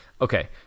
Okay